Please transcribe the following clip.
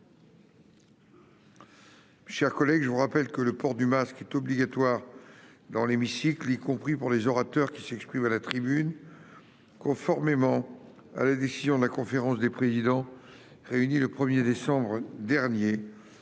chers collègues, je vous rappelle que le port du masque est obligatoire dans l'hémicycle, y compris pour les orateurs qui s'expriment à la tribune, conformément à la décision de la conférence des présidents, réunie le 1 décembre dernier.